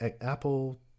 Apple